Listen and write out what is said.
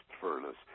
furnace